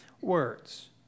words